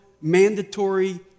mandatory